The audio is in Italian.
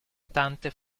tante